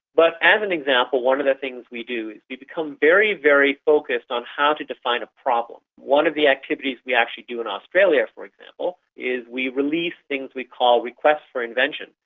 but as an example, one of the things we do is we become very, very focused on how to define a problem. one of the activities we actually do in australia, for example, is we release things we call request for invention,